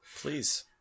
Please